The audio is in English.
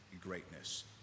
greatness